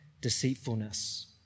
deceitfulness